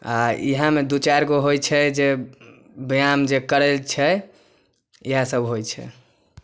आओर इएहमे दुइ चारिगो होइ छै जे व्यायाम जे करै छै इएहसब होइ छै